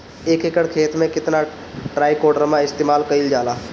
एक एकड़ खेत में कितना ट्राइकोडर्मा इस्तेमाल कईल जाला?